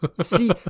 See